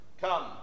Come